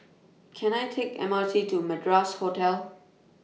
Can I Take M R T to Madras Hotel